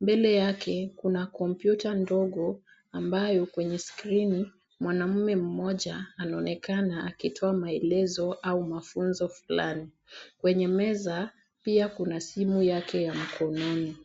Mbele yake kuna kompyuta ndogo, ambayo kwenye skrini, mwanaume mmoja anaonekana akitoa maelezo au mafunzo fulani. Kwenye meza pia kuna simu yake ya mkononi.